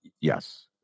Yes